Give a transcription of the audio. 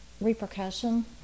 repercussion